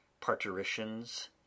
parturitions